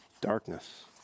darkness